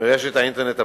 מרשת האינטרנט הפתוחה.